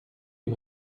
est